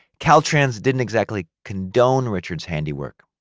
caltrans didn't exactly condone richard's handiwork,